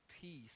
peace